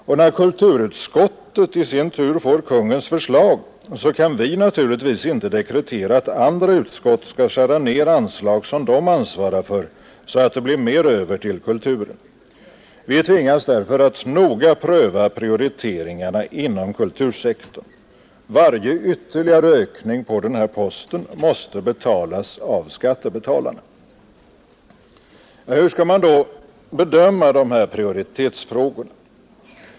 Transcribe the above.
Och när kulturutskottet i sin tur får Kungl. Maj:ts förslag, kan vi naturligtvis inte dekretera att andra utskott skall skära ned anslag som de ansvarar för så att det blir mer över till kulturen. Vi tvingas därför att noga pröva prioriteringarna inom kultursektorn. Varje ytterligare ökning på den här posten måste betalas av skattebetalarna. Hur skall man då bedöma de här prioritetsfrågorna?